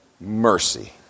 mercy